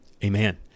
Amen